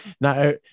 no